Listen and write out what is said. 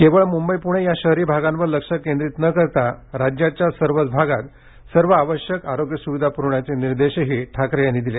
केवळ मुंबई पुणे या शहरी भागावर लक्ष केंद्रीत न करता राज्याच्या सर्व भागात सर्व आवश्यक आरोग्य सुविधा पुरवण्याचे निर्देशही ठाकरे यांनी दिले